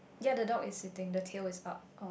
yea the dog is sitting the tail is up